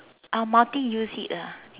I'll multi use it lah